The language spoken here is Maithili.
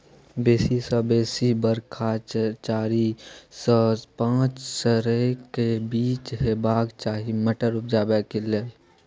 बेसी सँ बेसी बरखा चारि सय सँ पाँच सयक बीच हेबाक चाही मटर उपजाबै लेल